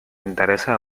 interessa